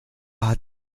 hat